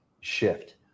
shift